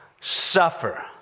Suffer